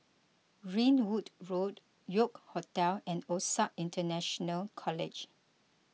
Ringwood Road York Hotel and Osac International College